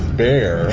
bear